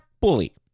bully